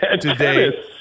today